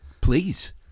Please